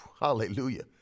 Hallelujah